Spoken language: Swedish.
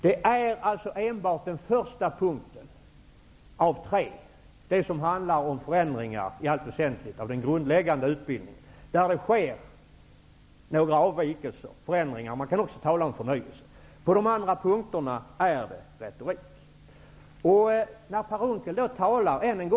Det är enbart på den första punkten -- av tre punkter --, som handlar om förändringar av den grundläggande utbildningen, som det finns några avvikelser. Man kan också tala om en förnyelse. På de andra punkterna är det fråga om retorik.